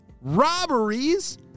Robberies